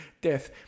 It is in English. death